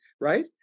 right